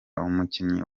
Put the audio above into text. umukinnyi